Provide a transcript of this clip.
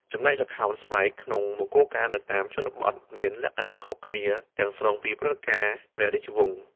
ចំណែកល្ខោនស្បែកក្នុងមង្គលការនៅតាមជនបទមានលក្ខណៈខុសគ្នាទាំងស្រុងពីព្រឹត្តិការណ៍ព្រះរាជវង្ស។